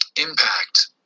impact